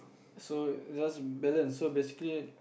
so just balance so basically